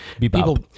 people